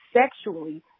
sexually